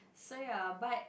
so ya but